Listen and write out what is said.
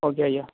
okay ஐயா